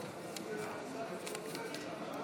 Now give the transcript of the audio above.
כולן הוסרו,